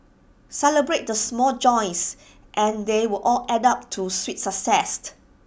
celebrate the small joys and they will all add up to sweet